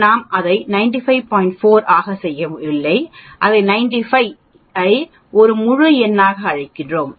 4 ஆக செய்யவில்லை அதை 95 ஐ ஒரு முழு எண்ணாக அழைக்கிறோம்